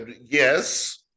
Yes